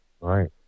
Right